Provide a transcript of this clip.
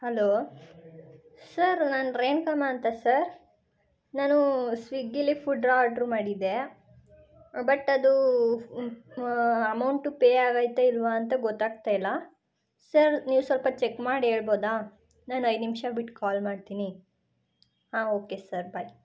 hello sir ನಾನು ರೇಣುಕಮ್ಮ ಅಂತ sir ನಾನು ಸ್ವಿಗ್ಗಿಲಿ ಫುಡ್ರಾ ಆಡ್ರು ಮಾಡಿದ್ದೆ ಬಟ್ ಅದು ಅಮೌಂಟು ಪೇ ಆಗೈತ ಇಲ್ವ ಅಂತ ಗೊತ್ತಾಗ್ತಾಯಿಲ್ಲ ಸರ್ ನೀವು ಸ್ವಲ್ಪ ಚೆಕ್ ಮಾಡಿ ಹೇಳ್ಬಹುದ ನಾನು ಐದು ನಿಮಿಷ ಬಿಟ್ಟು ಕಾಲ್ ಮಾಡ್ತೀನಿ ಹಾಂ ಓಕೆ ಸರ್ ಬಾಯ್